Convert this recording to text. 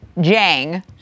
Jang